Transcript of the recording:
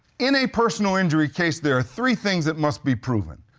in a personal injury case there are three things that must be proven.